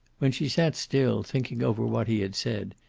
when she sat still, thinking over what he had said,